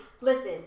Listen